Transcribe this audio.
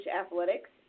athletics